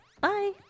bye